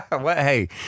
Hey